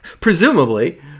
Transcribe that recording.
presumably